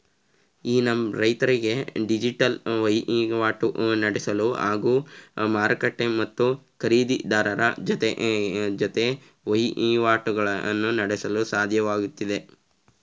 E NAM ರೈತರಿಗೆ digital ವಹಿವಾಟು ನಡೆಸಲು ಹಾಗೂ ಮಾರುಕಟ್ಟೆ ಮತ್ತು ಖರೀದಿರಾರರ ಜೊತೆ ವಹಿವಾಟು ನಡೆಸಲು ಸಾಧ್ಯವಾಗ್ತಿದೆ